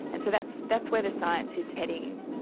and so that's that's where the science is heading.